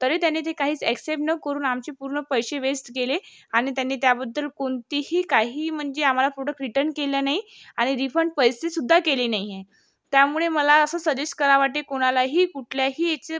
तरी त्यांनी ती काहीच एक्सेप न करून आमचे पूर्ण पैसे वेस्ट गेले आणि त्यांनी त्याबद्दल कोणतीही काही म्हणजे आमाला प्रोडक् रिटर्न केला नाही आणि रिफंड पैसेसुद्धा केले नाही आहे त्यामुळे मला असं सजेस्ट करावं वाटते कोणालाही कुठल्याही याचे